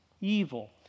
evil